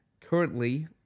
currently